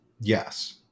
yes